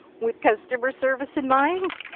with customer service in mind.